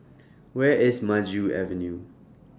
Where IS Maju Avenue